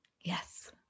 Yes